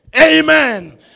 Amen